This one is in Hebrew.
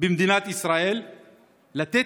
במדינת ישראל לתת